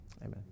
amen